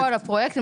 לכל הפרויקט.